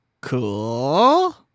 Cool